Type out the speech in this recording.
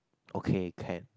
okay can